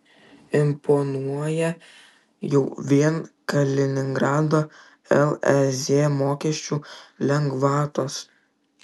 imponuoja jau vien kaliningrado lez mokesčių lengvatos